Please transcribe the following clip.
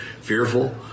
fearful